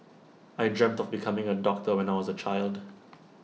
I dreamt of becoming A doctor when I was A child